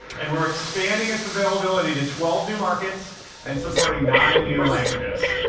and we're expanding its availability to twelve new markets and supporting nine new languages.